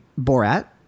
Borat